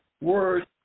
words